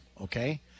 okay